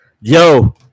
Yo